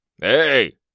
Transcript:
Hey